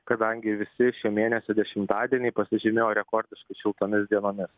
kadangi visi šio mėnesio dešimtadieniai pasižymėjo rekordiškai šiltomis dienomis